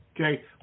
Okay